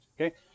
Okay